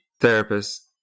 therapist